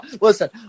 listen